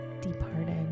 departed